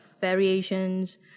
variations